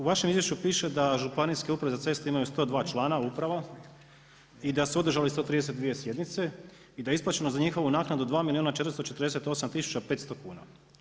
U vašem izvješću piše da županijske Uprave za ceste imaju 102 člana uprava i da su održali 132 sjednice i da je isplaćeno za njihovu naknadu 2 milijuna 448 tisuća 500 kuna.